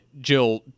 Jill